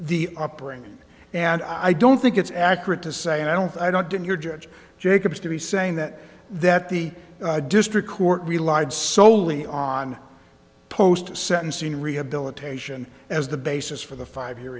the upbringing and i don't think it's accurate to say and i don't i don't didn't hear judge jacobs to be saying that that the district court relied soley on post sentencing rehabilitation as the basis for the five